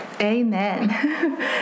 Amen